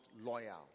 loyal